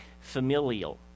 familial